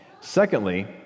Secondly